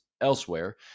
elsewhere